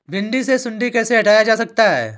भिंडी से सुंडी कैसे हटाया जा सकता है?